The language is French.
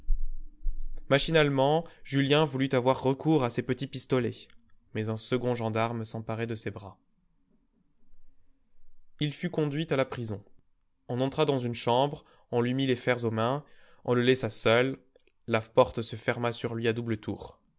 machinalement julien voulut avoir recours à ses petits pistolets mais un second gendarme s'emparait de ses bras il fut conduit à la prison on entra dans une chambre on lui mit les fers aux mains on le laissa seul la porte se ferma sur lui à double tour